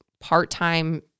part-time